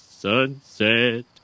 sunset